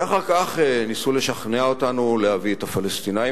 ואחר כך ניסו לשכנע אותנו להביא את הפלסטינים